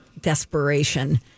desperation